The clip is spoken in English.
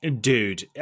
dude